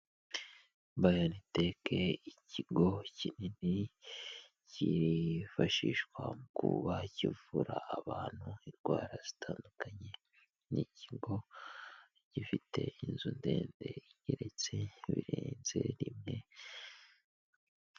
Biontech ikigo kinini cyifashishwa mu kuba kivura abantu indwara zitandukanye, ni ikigo gifite inzu ndende igeretse birenze rimwe.